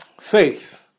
Faith